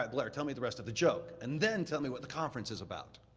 but blair, tell me the rest of the joke. and then tell me what the conference is about.